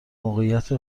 موقعیت